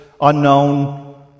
unknown